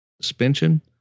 suspension